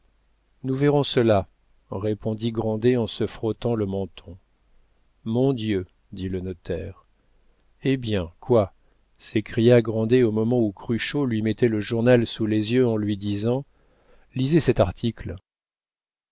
nous verrons cela répondit grandet en se frottant le menton mon dieu dit le notaire hé bien quoi s'écria grandet au moment où cruchot lui mettait le journal sous les yeux en lui disant lisez cet article